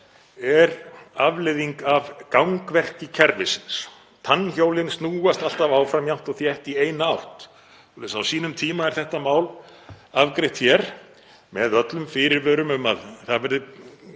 er afleiðing af gangverki kerfisins. Tannhjólin snúast alltaf áfram jafnt og þétt í eina átt. Á sínum tíma var þetta mál afgreitt hér með öllum fyrirvörum um að það yrði